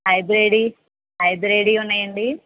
hybrid hybrid ఉన్నాయండీ